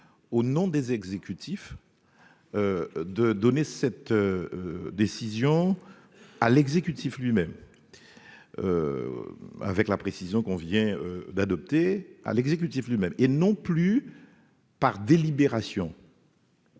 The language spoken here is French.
au nom des exécutifs de donner cette décision à l'exécutif lui-même avec la précision qu'on vient d'adopter à l'exécutif lui-même et non plus. Par délibération.